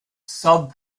sub